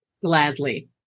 Gladly